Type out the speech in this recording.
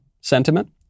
sentiment